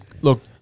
look